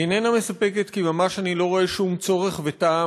היא איננה מספקת כי ממש אני לא רואה שום צורך וטעם